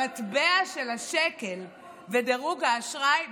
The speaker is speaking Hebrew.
המטבע של השקל ודירוג האשראי בסכנה.